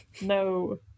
no